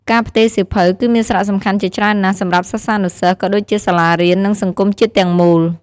ការផ្ទេរសៀវភៅ គឺមានសារៈសំខាន់ជាច្រើនណាស់ សម្រាប់សិស្សានុសិស្ស ក៏ដូចជាសាលារៀន និងសង្គមជាតិទាំងមូល។